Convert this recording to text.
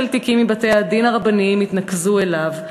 תיקים מבתי-הדין הרבניים התנקזו אליו,